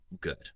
good